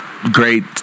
great